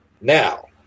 Now